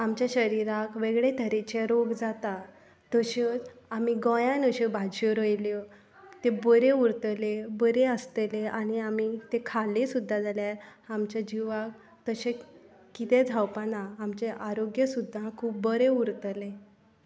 आमच्या शरिराक वेगळे तरेचे रोग जाता तश्योच आमी गोंयान अश्यो भाजयो रोयल्यो तें बरें उरतलें बरें आसतलें आनी आमी तें खाल्लें सुद्दां जाल्यार आमच्या जिवाक तशें कितें जावपा ना आमचें आरोग्य सुद्दां खूब बरें उरतलें